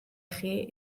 chi